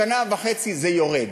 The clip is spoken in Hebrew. אז שנה וחצי זה יורד.